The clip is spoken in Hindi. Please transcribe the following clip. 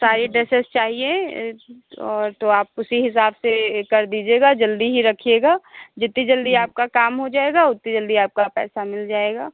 सारी ड्रेसेस चाहिए और तो आप उसी हिसाब से ये कर दीजिएगा जल्दी ही रखिएगा जितनी जल्दी आपका काम हो जाएगा उतनी जल्दी आपका पैसा मिल जाएगा